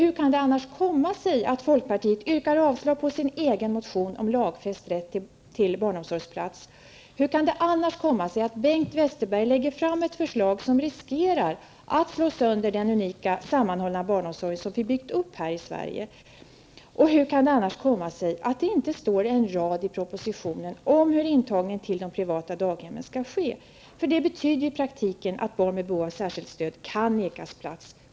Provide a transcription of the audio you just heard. Hur kan det annars komma sig att folkpartiet yrkar avslag på sin egen motion om lagstadgad rätt till barnomsorgsplats? Hur kan det annars komma sig att Bengt Westerberg lägger fram ett förslag som riskerar att slå sönder den unika, sammanhållna barnomsorg som vi har byggt upp här i Sverige? Hur kan det annars komma sig att det inte står en rad i propositionen om hur intagningen till de privata daghemmen skall ske? Det betyder i praktiken att barn som har behov av särskilt stöd kan förvägras plats.